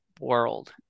world